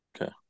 Okay